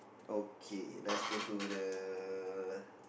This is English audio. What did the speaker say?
okay let's go to the